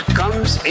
comes